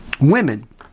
women